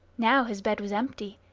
now his bed was empty,